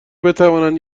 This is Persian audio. بتوانند